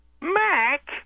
Mac